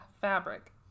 fabric